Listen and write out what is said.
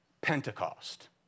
Pentecost